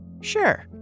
Sure